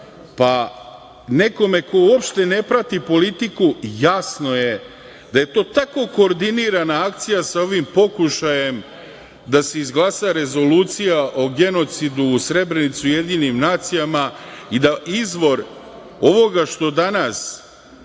Pa nekome ko uopšte ne prati politiku jasno je da je to tako koordinirana akcija sa ovim pokušajem da se izglasa rezolucija o genocidu u Srebrenici u Ujedinjenim nacijama i da izvor ovoga što danas